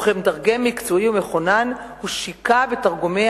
וכמתרגם מקצועי ומחונן הוא שיקע בתרגומי